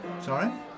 Sorry